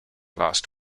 last